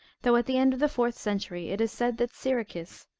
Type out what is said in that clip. though at the end of the fourth century it is said that syricus,